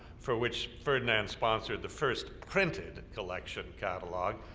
for which ferdinand sponsored the first printed collection catalog,